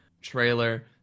trailer